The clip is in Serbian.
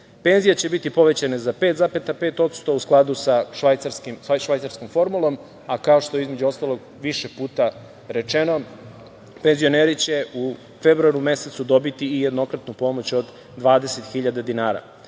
9,4%.Penzije će biti povećane za 5,5%, u skladu sa švajcarskom formulom, a kao što je, između ostalog, više puta rečeno, penzioneri će u februaru mesecu dobiti i jednokratnu pomoć od 20 hiljada